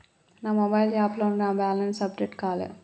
నా మొబైల్ యాప్లో నా బ్యాలెన్స్ అప్డేట్ కాలే